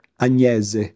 Agnese